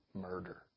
murder